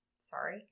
sorry